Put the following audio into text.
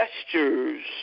gestures